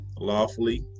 lawfully